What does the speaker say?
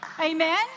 amen